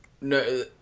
no